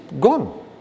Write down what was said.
gone